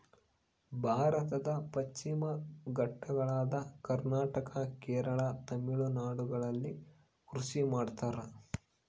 ಭಾರತದ ಪಶ್ಚಿಮ ಘಟ್ಟಗಳಾದ ಕರ್ನಾಟಕ, ಕೇರಳ, ತಮಿಳುನಾಡುಗಳಲ್ಲಿ ಕೃಷಿ ಮಾಡ್ತಾರ?